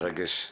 מרגש.